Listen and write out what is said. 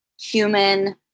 human